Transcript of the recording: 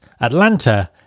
Atlanta